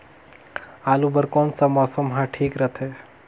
आलू बार कौन सा मौसम ह ठीक रथे?